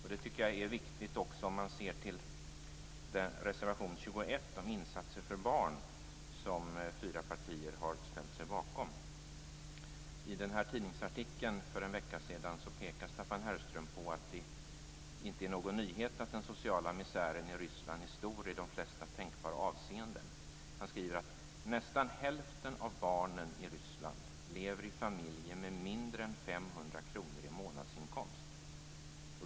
Detta tycker jag är viktigt också från utgångspunkten i reservation 21 om insatser för barn, som fyra partier har ställt sig bakom. I den nämnda tidningsartikeln pekar Staffan Herrström på att det inte är någon nyhet att den sociala misären i Ryssland är stor i de flesta tänkbara avseenden. Han skriver att nästan hälften av barnen i Ryssland lever i familjer med mindre än 500 kr i månadsinkomst.